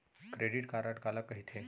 Credit card काला कहिथे?